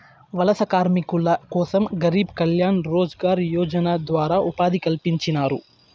వలస కార్మికుల కోసం గరీబ్ కళ్యాణ్ రోజ్గార్ యోజన ద్వారా ఉపాధి కల్పించినారు